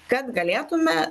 kad galėtume